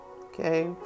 okay